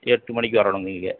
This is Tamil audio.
எட்டு மணிக்கு வரணும் இங்கே